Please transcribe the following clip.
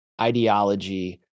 ideology